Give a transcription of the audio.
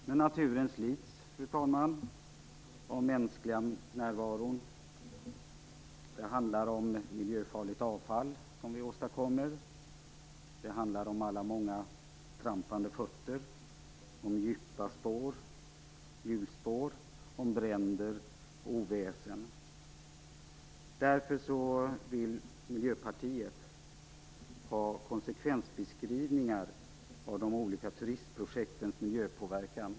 Men naturen slits, fru talman, av den mänskliga närvaron. Det handlar om miljöfarligt avfall som vi åstadkommer. Det handlar om alla trampande fötter, om djupa hjulspår, om bränder och om oväsen. Därför vill Miljöpartiet ha konsekvensbeskrivningar av de olika turistprojektens miljöpåverkan.